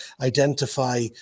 identify